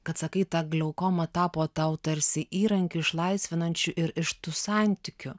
kad sakai ta glaukoma tapo tau tarsi įrankiu išlaisvinančiu ir iš tų santykių